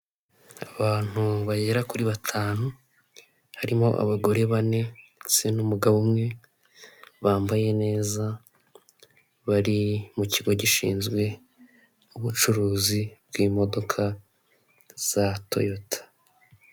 Abantu bagera kuri batanu harimo abagore bane ndetse n'umugabo umwe, bambaye neza bari mu kigo gishinzwe ubucuruzi bw'imodoka za toyota.